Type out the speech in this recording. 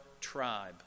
tribe